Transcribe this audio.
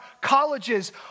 colleges